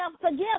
Forgive